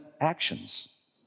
actions